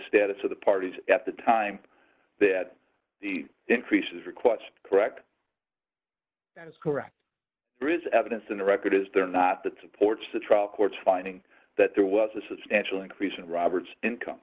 status of the parties at the time that the increases are quite correct that is correct there is evidence in the record is there not that supports the trial court's finding that there was a substantial increase in robert's income